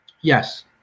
Yes